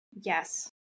Yes